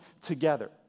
together